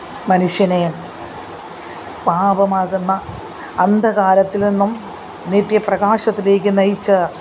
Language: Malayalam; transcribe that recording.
മനുഷ്യനെ പാപമാകുന്ന അന്ധകാരത്തില് നിന്നും നിത്യ പ്രകാശത്തിലേക്ക് നയിച്ച